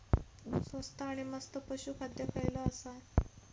स्वस्त आणि मस्त पशू खाद्य खयला आसा?